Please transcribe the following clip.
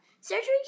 Surgery